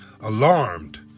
Alarmed